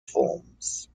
forms